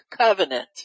covenant